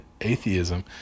atheism